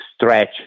stretch